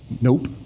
nope